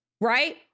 right